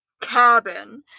cabin